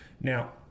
now